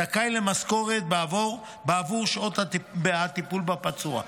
זכאי למשכורת בעבור שעות הטיפול בפצוע.